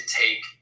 take